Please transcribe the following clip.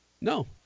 No